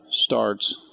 starts